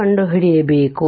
ಕಂಡುಹಿಡಿಯಬೇಕು